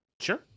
Sure